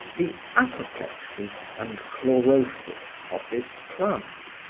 the apoplexy and chlorosis of this plant.